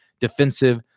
defensive